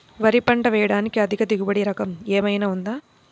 వరి పంట వేయటానికి అధిక దిగుబడి రకం ఏమయినా ఉందా?